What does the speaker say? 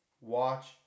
watch